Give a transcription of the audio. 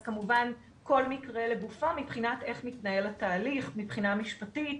אז כמובן כל מקרה לגופו מבחינת איך מתנהל התהליך מבחינה משפטית,